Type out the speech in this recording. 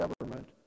government